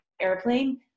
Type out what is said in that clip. airplane